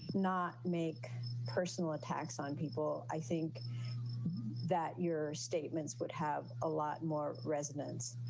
not make personal attacks on people. i think that your statements would have a lot more resonance